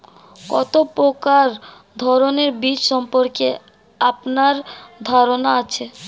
কত প্রকার ধানের বীজ সম্পর্কে আপনার ধারণা আছে?